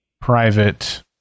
private